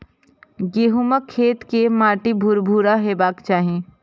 गहूमक खेत के माटि भुरभुरा हेबाक चाही